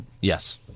Yes